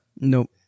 nope